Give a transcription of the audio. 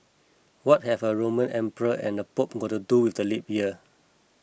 what have a Roman emperor and a Pope got to do with the leap year